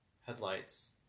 headlights